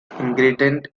ingredient